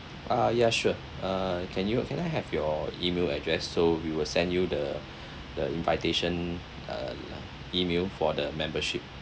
ah yeah sure uh can you can I have your email address so we will send you the the invitation uh email for the membership